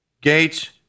Gates